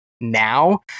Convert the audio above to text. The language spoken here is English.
now